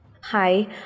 Hi